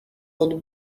old